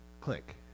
click